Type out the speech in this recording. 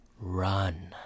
run